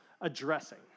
addressing